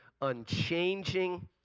unchanging